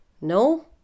No